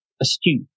astute